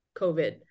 COVID